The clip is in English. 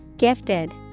Gifted